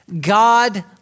God